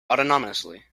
autonomously